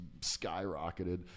skyrocketed